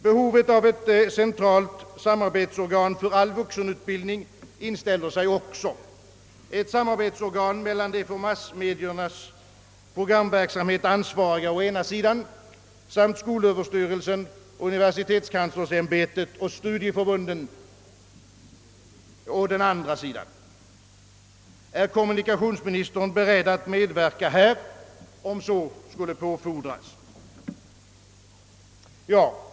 Behovet av ett centralt samarbetsorgan för all vuxenutbildning inställer sig också — ett samarbetsorgan mellan de för massmediernas programverksamhet ansvariga å ena sidan samt skolöverstyrelsen, <:universitetskanslersämbetet och studieförbunden å den andra sidan. Är kommunikationsministern beredd att medverka härvidlag, om så skulle påfordras?